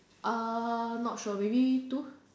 uh not sure maybe two